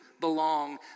belong